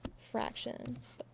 fractions.